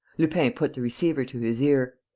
lupin put the receiver to his ear.